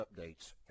updates